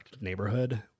neighborhood